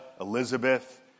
Elizabeth